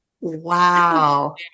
Wow